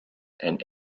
and